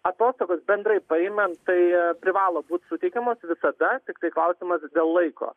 atostogos bendrai paimant tai privalo būt suteikiamos visada tiktai klausimas dėl laiko